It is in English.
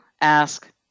ask